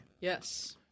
Yes